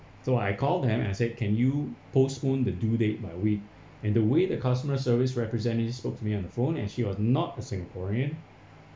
so I call them I said can you postpone the due date by a week and the way the customer service representatives spoke to me on the phone and she was not a singaporean